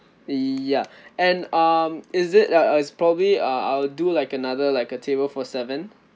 ya and um is it err err it's probably uh uh I'll do like another like a table for seven